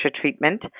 treatment